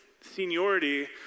seniority